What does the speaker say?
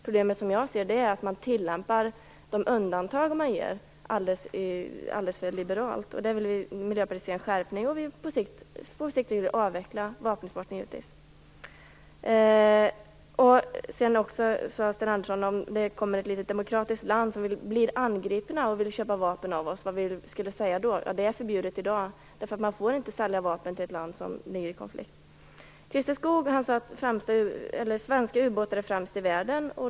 Problemet är som jag ser det att man tillämpar detta med undantagen alldeles för liberalt. Miljöpartiet vill se en skärpning, och på sikt vill vi givetvis avveckla vapenexporten. Sten Andersson frågade också hur det blir om ett litet demokratiskt land som blir angripet kommer och vill köpa vapen av oss. Han undrar vad vi skulle säga då. Men det är förbjudet i dag. Man får inte sälja vapen till ett land som är indraget i konflikt. Christer Skoog sade att svenska ubåtar är främst i världen.